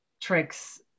tricks